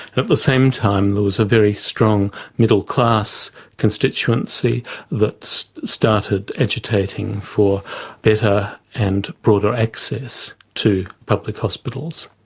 at the same time, there was a very strong middle class constituency that started agitating for better and broader access to public hospitals,